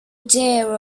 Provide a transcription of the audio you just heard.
dear